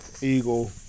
eagle